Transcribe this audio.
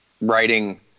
writing